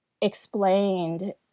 explained